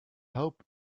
hope